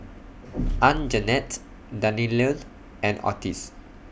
Anjanette Dannielle and Otis